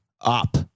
up